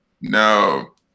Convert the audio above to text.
no